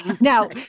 Now